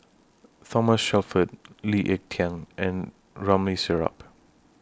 Thomas Shelford Lee Ek Tieng and Ramli Sarip